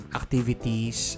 activities